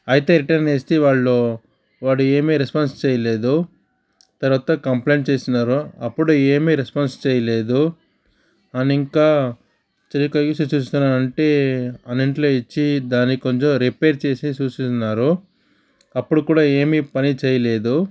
అయితే రిటర్న్ ఇస్తే వాళ్ళు వాడు ఏమీ రెస్పాన్స్ చేయలేదు తర్వాత కంప్లైంట్ చేసినారు అప్పుడు ఏమి రెస్పాన్స్ చేయలేదు అండ్ ఇంకా సరిగ్గా యూస్ చేస్తున్నానంటే అన్నిట్లో ఇచ్చి దాని కొంచెం రిపేర్ చేసి చూస్తున్నారు అప్పుడు కూడా ఏమీ పని చేయలేదు